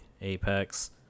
Apex